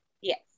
yes